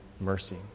mercy